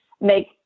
make